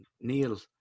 Neil